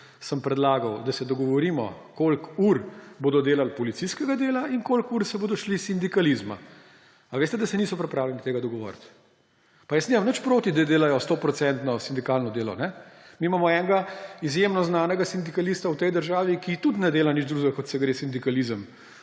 sem predlagal, da se dogovorimo, koliko ur bodo delali policijskega dela in koliko ur se bodo šli sindikalizma. Ali veste, da se niso pripravljeni tega dogovoriti. Pa jaz nimam nič proti, da delajo stoprocentno sindikalno delo. Mi imamo enega izjemno znanega sindikalista v tej državi, ki tudi ne dela nič drugega, kot se gre sindikalizem.